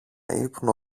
ύπνο